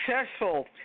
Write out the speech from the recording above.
successful